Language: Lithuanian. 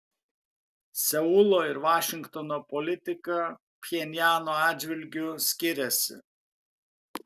seulo ir vašingtono politika pchenjano atžvilgiu skiriasi